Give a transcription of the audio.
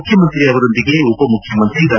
ಮುಖ್ಯಮಂತ್ರಿ ಅವರೊಂದಿಗೆ ಉಪಮುಖ್ಯಮಂತ್ರಿ ಡಾ